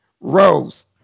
Rose